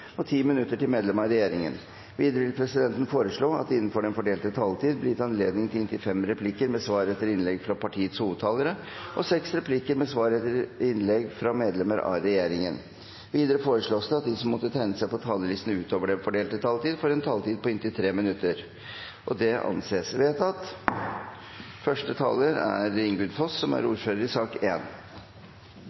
og 5 minutter til medlemmer av regjeringen. Videre vil presidenten foreslå at det – innenfor den fordelte taletid – blir gitt anledning til inntil seks replikker med svar etter innlegg fra medlemmer av regjeringen, og at de som måtte tegne seg på talerlisten utover den fordelte taletid, får en taletid på inntil 3 minutter. – Det anses vedtatt. I dag behandler vi både reindriftsavtalen og reindriftsmeldingen. Det er to saker som